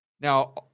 Now